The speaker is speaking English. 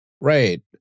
Right